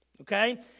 Okay